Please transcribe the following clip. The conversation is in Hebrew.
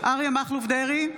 אריה מכלוף דרעי,